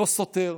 לא סותר,